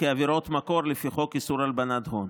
כעבירות מקור לפי חוק איסור הלבנת הון,